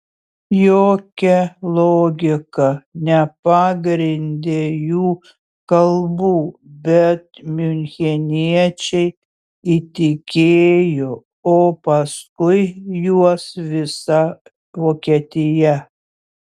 jokia logika nepagrindė jų kalbų bet miuncheniečiai įtikėjo o paskui juos visa vokietija